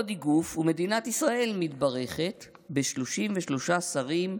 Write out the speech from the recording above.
עוד איגוף, ומדינת ישראל מתברכת ב-33 שרים,